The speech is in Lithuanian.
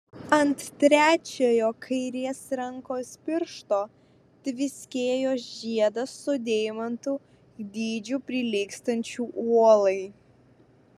ant trečiojo kairės rankos piršto tviskėjo žiedas su deimantu dydžiu prilygstančiu uolai